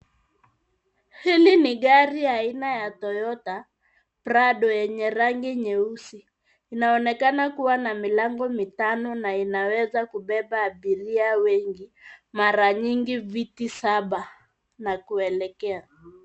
Hili ni gari aina ya Toyota Prado yenye rangi nyeusi. Inaonekana kuwa na milango mitano na inaweza kubeba abiria wengi, mara nyingi viti saba na kuelekea.